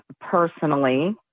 personally